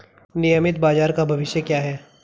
नियमित बाजार का भविष्य क्या है?